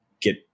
get